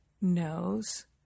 knows